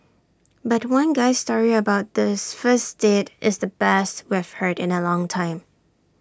but one guy's story about this first date is the best we've heard in A long time